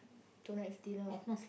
tonight's dinner